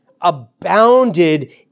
abounded